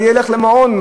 תלך למעון.